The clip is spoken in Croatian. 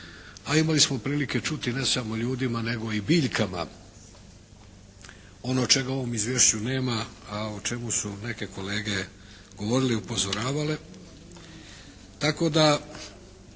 A imali smo prilike čuti ne samo ljudima nego i biljkama, ono čega u ovom izvješću nema, a o čemu se neke kolege govorili, upozoravali.